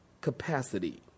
capacity